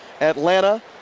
Atlanta